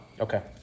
Okay